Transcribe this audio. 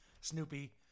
Snoopy